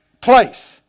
place